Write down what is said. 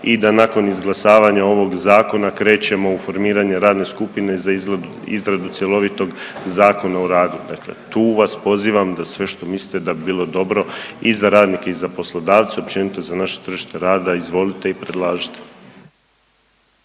i da nakon izglasavanja ovog zakona krećemo u formiranje radne skupine za izradu cjelovitog Zakona o radu, dakle tu vas pozivam da sve što mislite da bi bilo dobro i za radnike i za poslodavce, općenito za naše tržište rada, izvolite i predlažite.